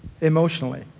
emotionally